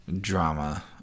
drama